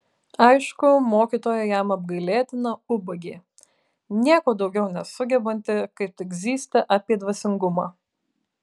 aišku mokytoja jam apgailėtina ubagė nieko daugiau nesugebanti kaip tik zyzti apie dvasingumą